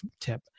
tip